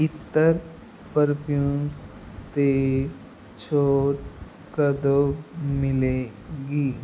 ਇੱਤਰ perfume 'ਤੇ ਛੋਟ ਕਦੋਂ ਮਿਲੇਗੀ